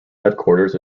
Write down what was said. headquarters